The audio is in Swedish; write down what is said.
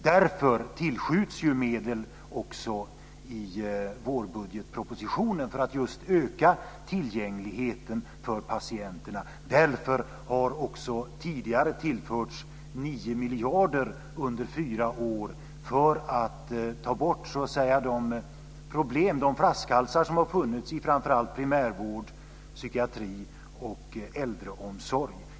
Därför tillskjuts också medel i vårbudgetpropositionen - just för att öka tillgängligheten för patienterna. Därför har det också tidigare tillförts 9 miljarder under fyra år - för att ta bort de problem och de flaskhalsar som har funnits i framför allt primärvård, psykiatri och äldreomsorg.